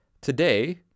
today